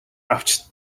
авч